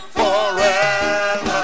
forever